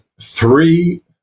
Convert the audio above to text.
three